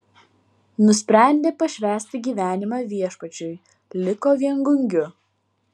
nusprendė pašvęsti gyvenimą viešpačiui liko viengungiu